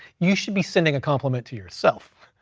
you should be sending a compliment to yourself.